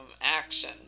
action